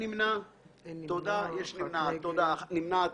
נמנעים, אין סעיף 7 התקבל.